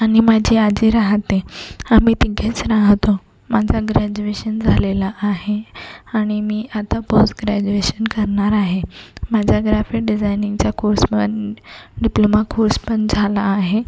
आणि माझी आजी रहाते आम्ही तिघेच राहतो माझं ग्रॅज्युएशन झालेलं आहे आणि मी आता पोस्ट ग्रॅज्युएशन करणार आहे माझा ग्राफिक डिजायनिंगचा कोर्स पण डिप्लोमा कोर्स पण झाला आहे